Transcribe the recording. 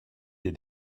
des